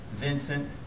Vincent